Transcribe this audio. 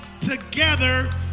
together